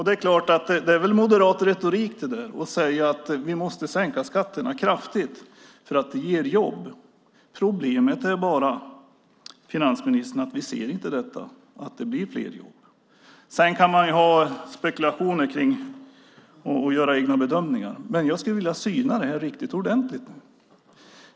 Det är väl moderat retorik att säga att vi måste sänka skatterna kraftigt för att det ger jobb. Problemet är bara, finansministern, att vi inte ser att det skulle bli fler jobb. Sedan kan man föra spekulationer och göra egna bedömningar. Men jag skulle vilja syna det här riktigt ordentligt.